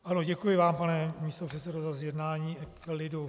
Ano, děkuji vám, pane místopředsedo, za zjednání klidu.